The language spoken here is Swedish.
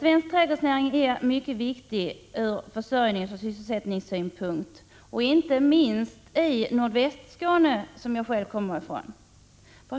Svensk trädgårdsnäring är mycket viktig från försörjningsoch sysselsättningssynpunkt — inte minst i Nordvästskåne, som jag själv kommer ifrån.